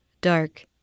dark